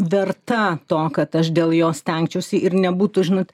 verta to kad aš dėl jos stengčiausi ir nebūtų žinot